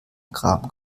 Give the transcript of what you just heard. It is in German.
kram